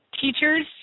teachers